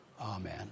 Amen